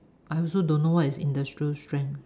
I also don't know what is industrial strength